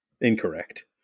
Incorrect